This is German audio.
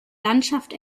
landschaft